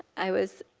i was